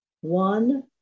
one